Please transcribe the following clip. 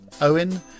Owen